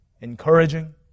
encouraging